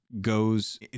goes